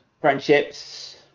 Friendships